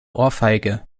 ohrfeige